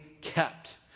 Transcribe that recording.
kept